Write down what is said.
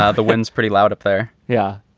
ah the wind's pretty loud up there. yeah,